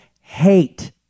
hate